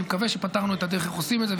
אני מקווה שפתרנו את הדרך איך עושים את זה,